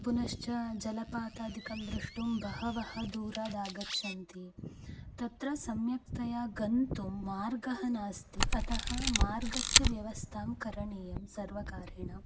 पुनश्च जलपातादिकं दृष्टुं बहवः दूरादागच्छन्ति तत्र सम्यक्तया गन्तुं मार्गः नास्ति अतः मार्गस्य व्यवस्थां करणीयं सर्वकारेण